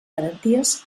garanties